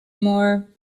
more